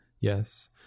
Yes